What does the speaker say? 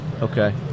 Okay